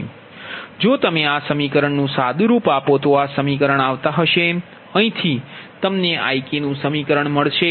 પછી જો તમે આ સમીકરણ નુ સાદુરૂપ આપો તો આ સમીકરણ આવતા હશે અહીંથી તમને Ik નુ સમીકરણ મળશે